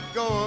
go